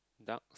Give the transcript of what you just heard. duck